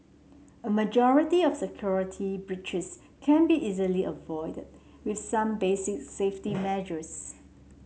a majority of security breaches can be easily avoided with some basic safety measures